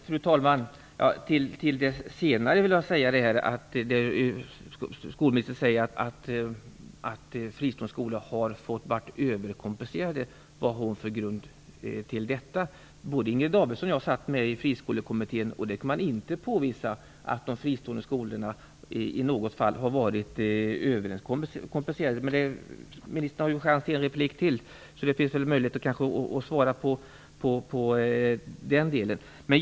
Fru talman! Skolministern säger att fristående skolor har varit överkompenserade, Vad har hon för grund för detta? Både Inger Davidson och jag satt med i Friskolekommittén, och där kunde man inte påvisa att de fristående skolorna i något fall har varit överkompenserade. Men ministern har chans till en replik till, så det kanske finns möjlighet att svara på den frågan.